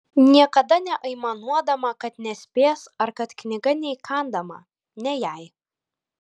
niekada neaimanuodama kad nespės ar kad knyga neįkandama ne jai